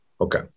Okay